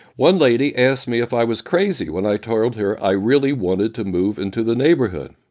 one lady asked me if i was crazy when i told her i really wanted to move into the neighborhood